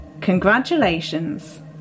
Congratulations